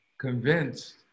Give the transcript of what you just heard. convinced